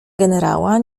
generała